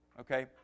okay